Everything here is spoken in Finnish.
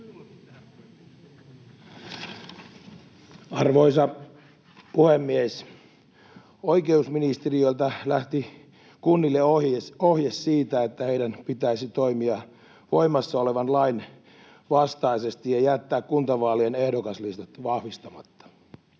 Arvoisa puhemies! Oikeusministeriöltä lähti kunnille ohje siitä, että heidän pitäisi toimia voimassa olevan lain vastaisesti ja jättää kuntavaalien ehdokaslistat vahvistamatta.